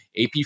AP